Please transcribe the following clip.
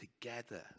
together